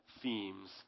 themes